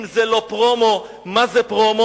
אם זה לא פרומו, מה זה פרומו?